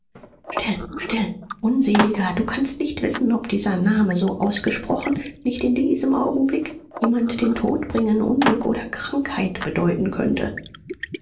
still still unseliger du kannst nicht wissen ob dieser name so ausgesprochen nicht in diesem augenblick jemand den tod bringen unglück oder krankheit bedeuten könnte